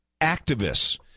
activists